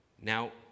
Now